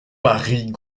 paris